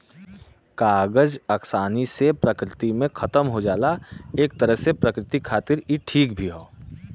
कागज आसानी से प्रकृति में खतम हो जाला एक तरे से प्रकृति खातिर इ ठीक भी हौ